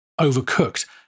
overcooked